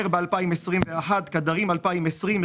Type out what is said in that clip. דושן דרום ב-2020,